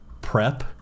prep